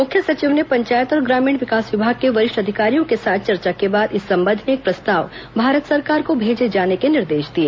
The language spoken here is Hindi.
मुख्य सचिव ने पंचायत और ग्रामीण विकास विभाग के वरिष्ठ अधिकारियों के साथ चर्चा के बाद इस संबंध में एक प्रस्ताव भारत सरकार को भेजे जाने के निर्देश दिए